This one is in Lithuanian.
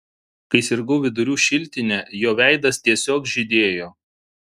kai sirgau vidurių šiltine jo veidas tiesiog žydėjo